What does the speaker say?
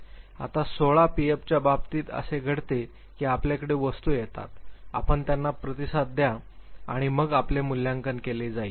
आता 16 पीएफच्या बाबतीत असे घडते की आपल्याकडे वस्तू येतात आपण त्यांना प्रतिसाद द्या आणि मग आपले मूल्यांकन केले जाईल